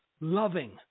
loving